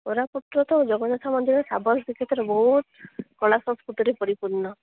କୋରାପୁଟର ତ ଜଗନ୍ନାଥ ମନ୍ଦିର ବହୁତ କଳା ସଂସ୍କୃତିରେ ପରିପୂର୍ଣ୍ଣ